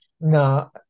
No